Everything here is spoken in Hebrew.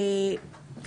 סעיף 100,